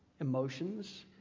emotions